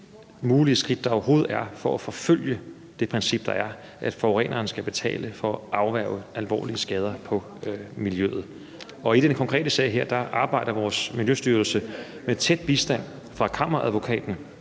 mulige skridt, der overhovedet er, for at forfølge det princip, der er, om, at forureneren skal betale for at afværge alvorlige skader på miljøet. I den konkrete sag her arbejder vores Miljøstyrelse med tæt bistand fra Kammeradvokaten